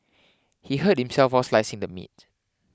he hurt himself while slicing the meat